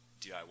DIY